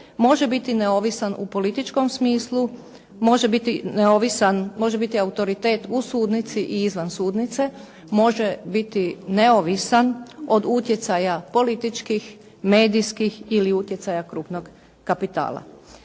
može biti neovisan u političkom smislu, može biti autoritet u sudnici i izvan sudnice, može biti neovisan od utjecaja političkih, medijskih ili utjecaja krupnog kapitala.